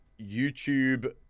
YouTube